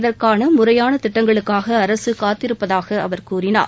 இதற்கான முறையான திட்டங்களுக்காக அரசு காத்திருப்பதாக அவர் கூறினார்